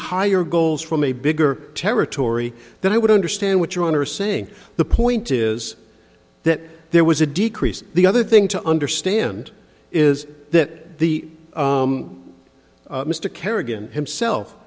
higher goals from a bigger territory then i would understand what you are saying the point is that there was a decrease the other thing to understand is that the mr kerrigan himself